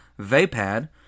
Vapad